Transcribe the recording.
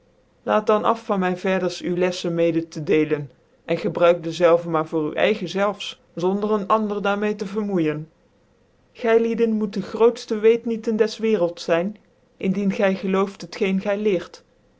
laat dan af van my verders u icflcn mede tc declen en gebruikt dezelve maar voor u eigen zelfs zonder een ander daar mede tc vermoeijcn gyliedcn moet de grootfte weetnieten des werelds zijn indien gy gelooft t geen gy leert